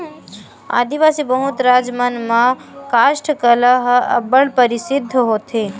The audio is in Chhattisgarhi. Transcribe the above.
आदिवासी बहुल राज मन म कास्ठ कला ह अब्बड़ परसिद्ध होथे